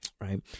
right